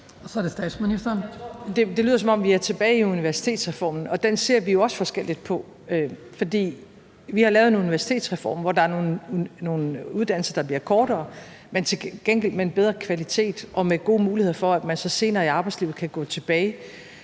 Det lyder, som om vi er tilbage ved universitetsreformen, og den ser vi jo også forskelligt på. Vi har lavet en universitetsreform, hvor der er nogle uddannelser, der bliver kortere, men til gengæld får de en bedre kvalitet og giver gode muligheder for, at man så senere i arbejdslivet kan vende tilbage.